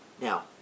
Now